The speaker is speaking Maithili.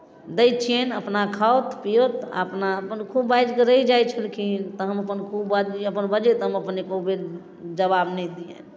दै छियनि अपना खाथु पियथु अपना अपन खूब बाजि कऽ रहि जाइत छलखिन तऽ हम अपन खूब बजलीह अपन बजैत हम अपन एको बेर जवाब नहि दियनि